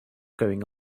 going